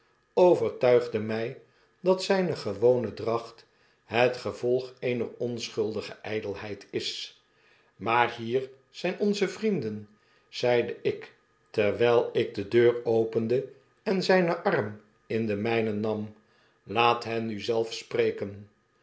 overtuigde mij dat zijne gewone dracht het gevolg eener onschuldige ijdelheid is maar hier zijn onze vrienden zeide ik terwyl ik de deur opende en zynen arm in den myuen nam b laat hen nu zelf spreken